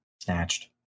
snatched